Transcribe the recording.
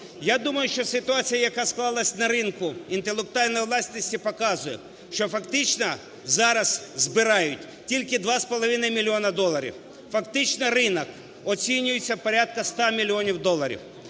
Я думаю, що ситуація, яка склалася на ринку інтелектуальної власності, показує, що фактично зараз збирають тільки 2,5 мільйона доларів. Фактично ринок оцінюється порядку 100 мільйонів доларів.